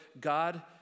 God